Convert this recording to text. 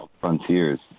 Frontiers